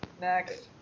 Next